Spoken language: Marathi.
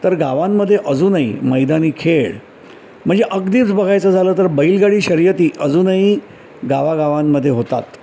तर गावांमध्ये अजूनही मैदानी खेळ म्हणजे अगदीच बघायचं झालं तर बैलगळी शर्यती अजूनही गावागावांमध्ये होतात